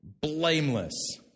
blameless